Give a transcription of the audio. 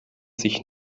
sich